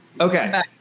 Okay